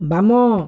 ବାମ